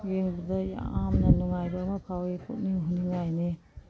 ꯌꯦꯡꯕꯗ ꯌꯥꯝꯅ ꯅꯨꯡꯉꯥꯏꯕ ꯑꯃ ꯐꯥꯎꯏ ꯄꯨꯛꯅꯤꯡ ꯍꯨꯅꯤꯡꯉꯥꯏꯅꯤ